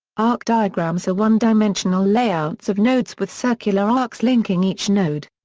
arc diagrams are one-dimensional layouts of nodes with circular arcs linking each node.